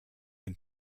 him